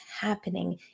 happening